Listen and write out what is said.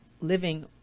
living